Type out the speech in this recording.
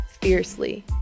fiercely